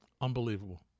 Unbelievable